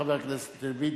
חבר הכנסת לוין,